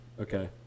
Okay